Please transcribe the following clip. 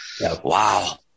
Wow